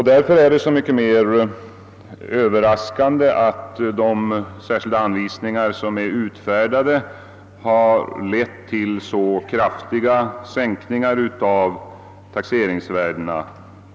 Därför är det så mycket med överraskande att de nya anvisningar som utfärdats har lett till kraftiga sänkningar av taxeringsvärdena.